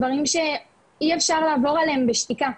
דברים אי אפשר לעבור עליהם בשתיקה,